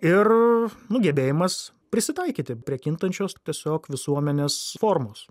ir nu gebėjimas prisitaikyti prie kintančios tiesiog visuomenės formos